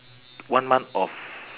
one month of